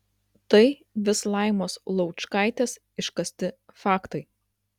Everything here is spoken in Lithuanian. tai vis laimos laučkaitės iškasti faktai